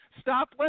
stop